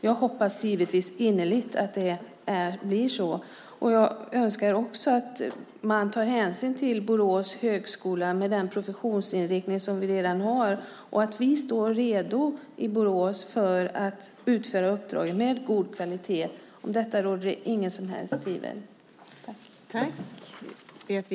Jag hoppas givetvis innerligt att det blir så. Jag önskar också att man tar hänsyn till Borås högskola med den professionsinriktning som den redan har. Och att vi i Borås står redo att utföra uppdraget med god kvalitet råder det inget som helst tvivel om.